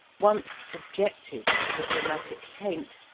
once subjected to the chromatic taint,